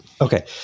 Okay